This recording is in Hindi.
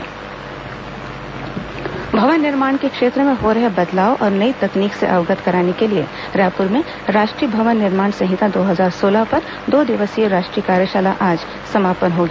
राष्ट्रीय भवन निर्माण संहिता भवन निर्माण के क्षेत्र में हो रहे बदलाव और नई तकनीक से अवगत कराने के लिए रायपुर में राष्ट्रीय भवन निर्माण संहिता दो हजार सोलह पर दो दिवसीय राष्ट्रीय कार्यशाला आज समापन हो गया